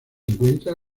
encuentra